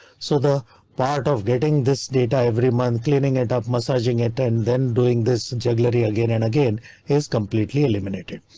so the part of getting this data every month, cleaning and it massage ing it, and then doing this jugglery again and again is completely eliminated.